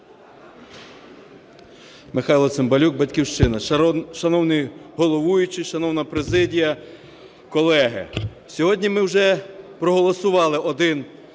Михайло Цимбалюк, "Батьківщина". Шановний головуючий, шановна президія, колеги! Сьогодні ми вже проголосували один